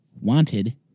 wanted